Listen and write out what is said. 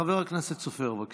חבר הכנסת סופר, בבקשה.